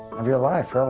of your life, really.